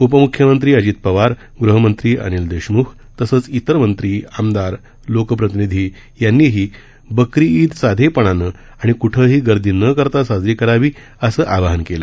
उपम्ख्यमंत्री अजित पवार गृहमंत्री अनिल देशम्ख तसंच इतर मंत्री आमदार लोकप्रतिनिधी यांनीही बकरी ईद साधेपणानं आणि कुठंही गर्दी न करता साजरी करावी असं आवाहन केलं